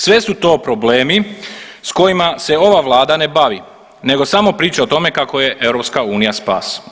Sve su to problemi s kojima se ova vlada ne bavi nego samo priča o tome kako je EU spas.